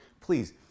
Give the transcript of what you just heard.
please